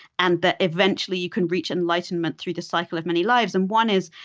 and that eventually you can reach enlightenment through this cycle of many lives, and one is,